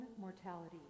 mortality